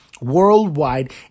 worldwide